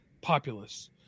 populace